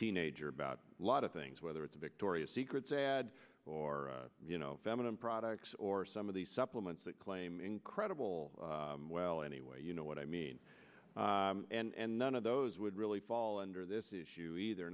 teenager about a lot of things whether it's victoria's secret's ads or feminine products or some of these supplements that claim incredible well anyway you know what i mean and none of those would really fall under this issue either